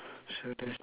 so there's